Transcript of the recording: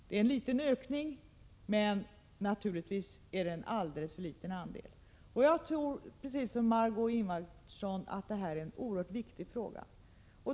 Det är en liten ökning, men det är naturligtvis en alldeles för ringa andel. Jag tror, precis som Marg6ö Ingvardsson att detta är en oerhört viktig fråga.